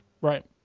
Right